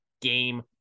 Game